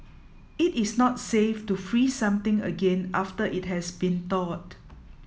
it is not safe to freeze something again after it has been thawed